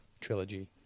trilogy